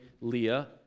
Leah